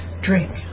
drink